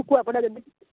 ଶୁଖୁଆ ପୋଡ଼ା ଯଦି